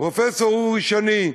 פרופסור אורי שני,